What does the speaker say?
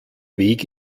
weg